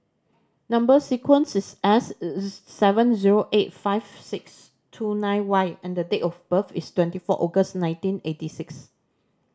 number sequence is S seven zero eight five six two nine Y and date of birth is twenty four August nineteen eighty six